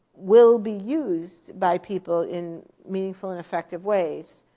will be used by people in meaningful and effective ways?